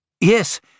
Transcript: Yes